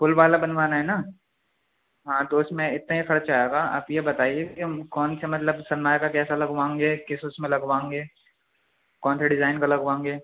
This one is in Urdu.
فل والا بنوانا ہے نا ہاں تو اس میں اتنا ہی خرچہ آئے گا آپ یہ بتائیے کہ کون سے مطلب سن مائیکہ کیسا لگوائیں گے کس میں لگوائیں گے کون سے ڈیزائن کا لگوائیں گے